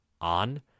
on